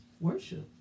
worship